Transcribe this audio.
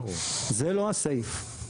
זה לא הסעיף.